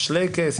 שלייקעס,